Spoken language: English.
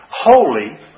holy